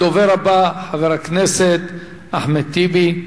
הדובר הבא הוא חבר הכנסת אחמד טיבי.